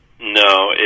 no